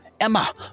Emma